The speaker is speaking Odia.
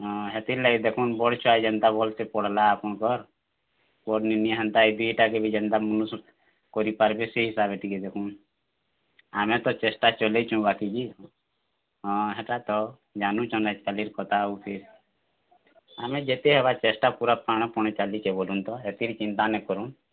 ହଁ ହେଥିର୍ ଲାଗି ଦେଖୁନ୍ ବଡ଼୍ ଛୁଆ ଯେନ୍ତା ଭଲ୍ସେ ପଢ଼୍ଲା ଆପଣ୍ଙ୍କର୍ ହେନ୍ତା ଇ ଦୁହିଟାକେ ବି ଯେନ୍ତା ମୁନୁଷ୍ କରିପାର୍ବେ ସେ ହିସାବ୍ ଟିକେ ଦେଖୁନ୍ ଆମେ ତ ଚେଷ୍ଟା ଚଲେଇଛୁଁ ବାକି ହଁ ହେଟା ତ ଜାନୁଛନ୍ ଆଜିକାଲିର୍ କଥା ହଉଛେ ଆମେ ଯେତେ ହେବା ଚେଷ୍ଟା ପୁରା ପ୍ରାଣ୍ପଣେ ଚାଲିଛେ ବୋଲୁନ୍ ତ ହେଥିର୍ ଚିନ୍ତା ନାଇଁ କରୁନ୍